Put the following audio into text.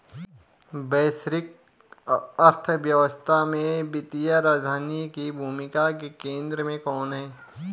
वैश्विक अर्थव्यवस्था में वित्तीय राजधानी की भूमिका के केंद्र में कौन है?